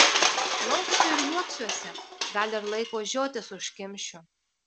plauksiu ir juoksiuosi gal ir laiko žiotis užkimšiu